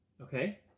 Okay